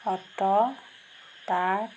auto truck